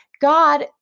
God